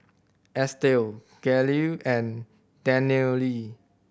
Estel Gale and Danielle